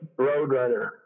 Roadrunner